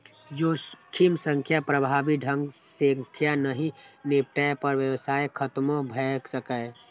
जोखिम सं प्रभावी ढंग सं नहि निपटै पर व्यवसाय खतमो भए सकैए